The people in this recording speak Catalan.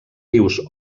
rius